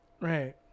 Right